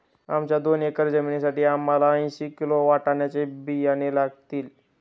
आमच्या दोन एकर जमिनीसाठी आम्हाला ऐंशी किलो वाटाण्याचे बियाणे लागतील